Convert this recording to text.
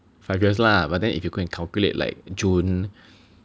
five years lah but then if you go and calculate like June